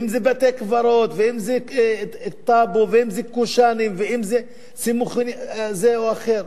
אם בתי-קברות ואם טאבו ואם קושאנים ואם סימוכין אלה או אחרים.